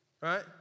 right